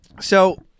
So-